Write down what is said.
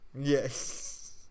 yes